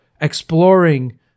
exploring